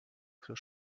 für